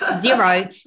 Zero